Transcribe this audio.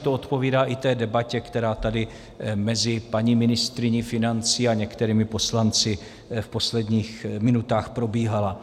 To odpovídá i té debatě, která tady mezi paní ministryní financí a některými poslanci v posledních minutách probíhala.